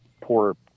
poor